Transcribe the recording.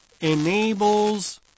enables